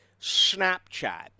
Snapchat